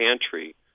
pantry